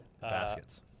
Baskets